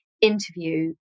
interview